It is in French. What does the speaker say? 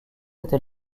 était